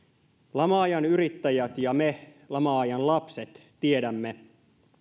lama ajan yrittäjät ja me lama ajan lapset tiedämme